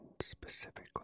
specifically